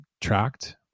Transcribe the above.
tracked